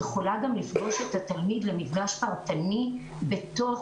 יכולה גם לפגוש את התלמיד במפגש פרטני בתוך